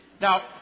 Now